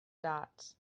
dots